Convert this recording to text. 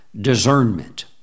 discernment